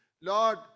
Lord